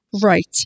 Right